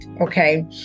Okay